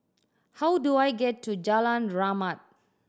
how do I get to Jalan Rahmat